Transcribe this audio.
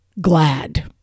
glad